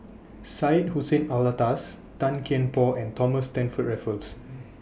Syed Hussein Alatas Tan Kian Por and Thomas Stamford Raffles